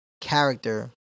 character